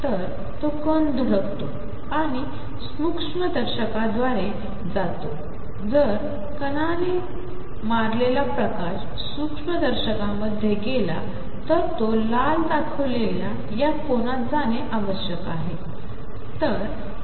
तर तोकणधडकतोआणिसूक्ष्मदर्शकामध्येजातोजरकणानेमारलेलाप्रकाशसूक्ष्मदर्शकामध्येगेलातरतोलालदाखवलेल्यायाकोनातजाणेआवश्यकआहे